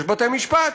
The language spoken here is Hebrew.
יש בתי-משפט.